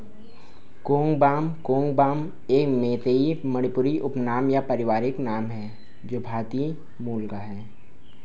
कोंगबाम कोंगबाम ए मेइतेई मणिपुरी उपनाम या पारिवारिक नाम है जो भारतीय मूल का है